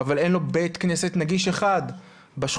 אבל אין לו בית כנסת נגיש אחד בשכונה.